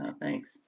Thanks